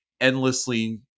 endlessly